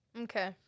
Okay